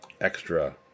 extra